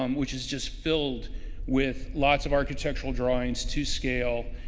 um which is just filled with lots of architectural drawings to scale